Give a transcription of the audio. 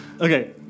Okay